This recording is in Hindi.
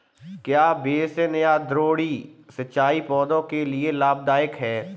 क्या बेसिन या द्रोणी सिंचाई पौधों के लिए लाभदायक है?